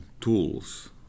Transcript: tools